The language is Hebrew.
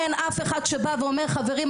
אין אף אחד שבא ואומר חברים,